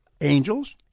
angels